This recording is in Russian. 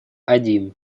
один